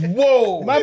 Whoa